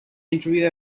interview